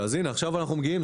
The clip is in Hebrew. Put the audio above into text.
עכשיו אני מגיע לזה.